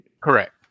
Correct